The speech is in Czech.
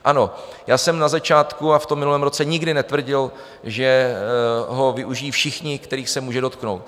Ano, já jsem na začátku a v minulém roce nikdy netvrdil, že ho využijí všichni, kterých se může dotknout.